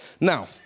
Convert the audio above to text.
Now